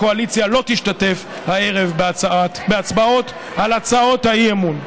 הקואליציה לא תשתתף הערב בהצבעות על הצעות האי-אמון.